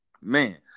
Man